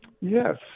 Yes